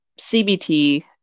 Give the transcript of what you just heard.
CBT